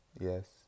Yes